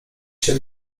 się